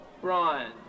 Brian